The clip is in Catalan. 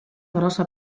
grossa